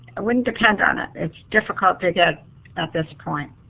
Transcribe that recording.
wouldn't depend on it it's difficult to get at this point.